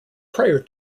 prior